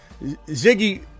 Ziggy